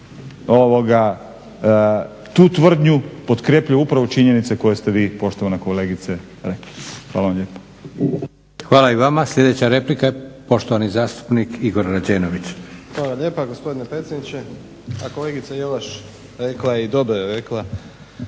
a tu tvrdnju potkrepljuju upravo činjenice koje ste vi poštovana kolegice rekli. Hvala vam lijepa. **Leko, Josip (SDP)** Hvala i vama. Sljedeća replika, poštovani zastupnik Igor Rađenović. **Rađenović, Igor (SDP)** Hvala lijepa gospodine predsjedniče. A kolegica Jelaš rekla je i dobro je rekla,